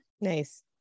nice